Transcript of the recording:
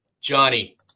Johnny